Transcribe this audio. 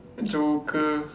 joker